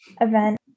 event